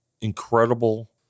incredible